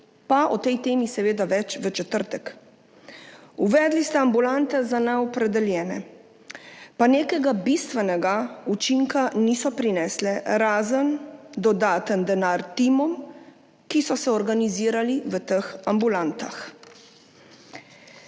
pa o tej temi seveda več v četrtek. Uvedli ste ambulante za neopredeljene, pa nekega bistvenega učinka niso prinesle, razen dodaten denar timom, ki so se organizirali v teh ambulantah.